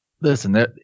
listen